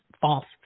false